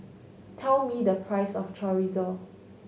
tell me the price of Chorizo